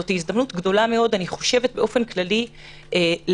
זאת הזדמנות גדולה מאוד באופן כללי לשקם,